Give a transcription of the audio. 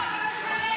לא, לא,